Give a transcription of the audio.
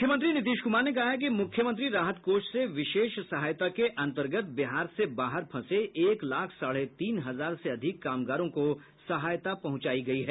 मुख्यमंत्री नीतीश कुमार ने कहा है कि मुख्यमंत्री राहत कोष से विशेष सहायता के अंतर्गत बिहार से बाहर फंसे एक लाख साढ़े तीन हजार से अधिक कामगारों को सहायता पहुंचायी गयी है